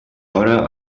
hora